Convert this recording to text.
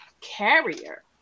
carrier